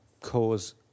cause